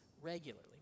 regularly